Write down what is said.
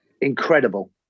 incredible